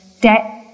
debt